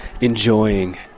enjoying